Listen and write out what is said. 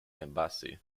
embassy